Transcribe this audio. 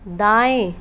दाएँ